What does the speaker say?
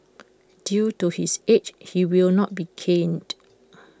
due to his age he will not be caned